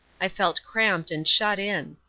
i felt cramped and shut in.